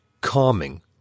calming